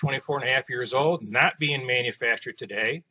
twenty four and a half years old not being manufactured today